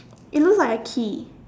it looks like a key